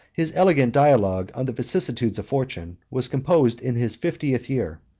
his elegant dialogue on the vicissitudes of fortune was composed in his fiftieth year,